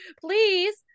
Please